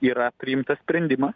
yra priimtas sprendimas